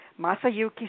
Masayuki